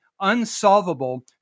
unsolvable